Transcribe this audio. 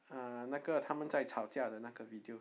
uh 那个他们在吵架的那个 video